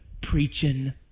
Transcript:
preaching